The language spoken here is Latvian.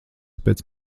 pēc